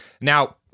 Now